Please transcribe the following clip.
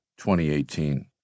2018